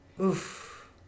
Oof